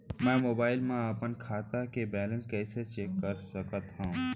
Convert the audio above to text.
मैं मोबाइल मा अपन खाता के बैलेन्स कइसे चेक कर सकत हव?